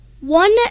one